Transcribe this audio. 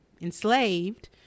enslaved